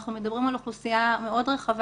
אנחנו מדברים על אוכלוסייה מאוד רחבה